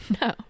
No